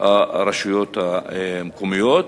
הרשויות המקומיות,